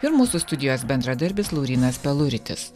ir mūsų studijos bendradarbis laurynas peluritis